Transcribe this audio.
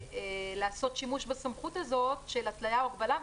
-- לעשות שימוש בסמכות הזאת של התליה או הגבלה.